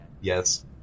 Yes